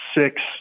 six